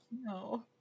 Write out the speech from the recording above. No